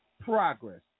progress